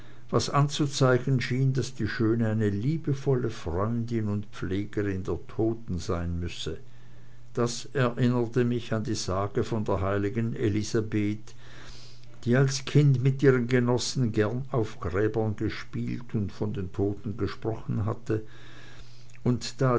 was anzuzeigen schien daß die schöne eine liebevolle freundin und pflegerin der toten sein müsse das erinnerte mich an die sage von der heiligen elisabeth die als kind mit ihren genossen gern auf gräbern gespielt und von den toten gesprochen hatte und da